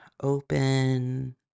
open